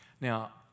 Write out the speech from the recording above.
Now